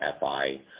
FI